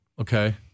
Okay